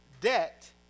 debt